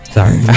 Sorry